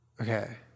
Okay